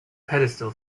pedestal